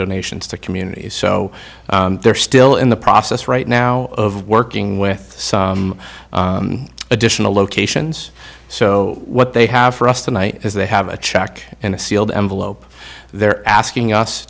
donations to communities so they're still in the process right now of working with some additional locations so what they have for us tonight is they have a check in a sealed envelope they're asking us